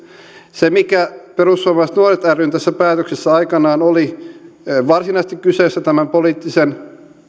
se mikä tässä perussuomalaiset nuoret rytä koskevassa päätöksessä aikanaan oli varsinaisesti kyseessä tämän poliittisen